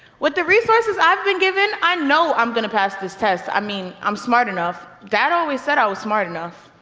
with the resources i've been given, i know i'm gonna pass this test. i mean i'm smart enough. dad always said i was smart enough.